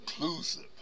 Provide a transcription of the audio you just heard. inclusive